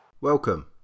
Welcome